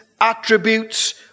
attributes